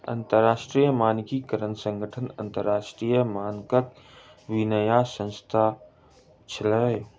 अंतरराष्ट्रीय मानकीकरण संगठन अन्तरराष्ट्रीय मानकक विन्यास संस्थान अछि